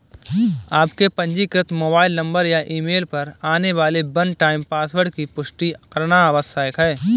आपके पंजीकृत mobile number या ईमेल पर आने वाले वन टाइम पासवर्ड की पुष्टि करना आवश्यक है